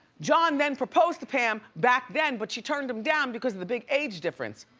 john then proposed to pam back then but she turned him down because of the big age difference.